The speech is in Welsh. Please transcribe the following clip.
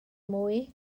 mwy